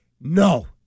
no